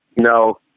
no